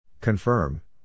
Confirm